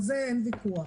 על זה אין ויכוח.